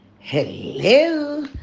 hello